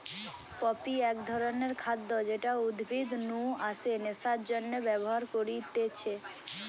poppy এক ধরণের খাদ্য যেটা উদ্ভিদ নু আসে নেশার জন্যে ব্যবহার করতিছে